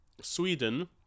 Sweden